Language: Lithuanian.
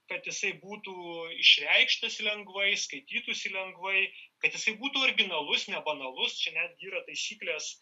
kad jisai būtų išreikštas lengvai skaitytųsi lengvai kad jisai būtų originalus nebanalus čia netgi yra taisyklės